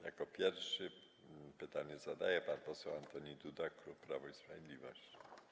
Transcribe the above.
Jako pierwszy pytanie zadaje pan poseł Antoni Duda, klub Prawo i Sprawiedliwość.